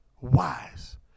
wise